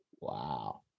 Wow